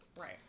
Right